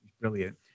brilliant